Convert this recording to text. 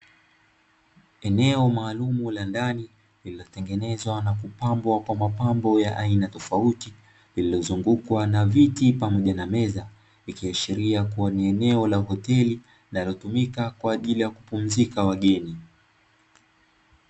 Eneo maalumu la ndani lililotengenezwa na kupambwa kwa mapambo ya aina tofauti, lililozungukwa na viti pamoja na meza; ikiashiria kuwa ni eneo la hoteli linalotumika kwa ajili ya kupumzika wageni.